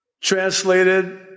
translated